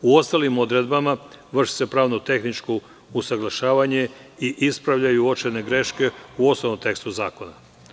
U ostalim odredbama vrši se pravno-tehničko usaglašavanje i ispravljaju uočene greške u osnovnom tekstu zakona.